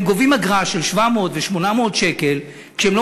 הם גובים אגרה של 800-700 שקל כשהם לא